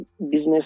business